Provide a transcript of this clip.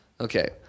Okay